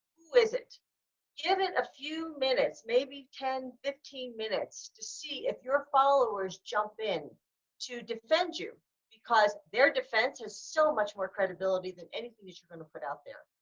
quiz it, give it a few minutes, maybe ten to fifteen minutes to see if your followers jump in to defend you because their defense has so much more credibility than anything that you're going to put out there.